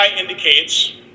indicates